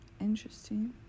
interesting